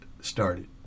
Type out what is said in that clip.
started